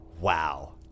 wow